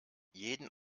jeden